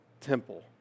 temple